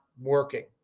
working